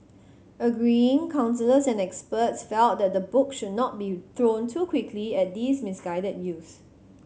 agreeing counsellors and experts felt that the book should not be thrown too quickly at these misguided youths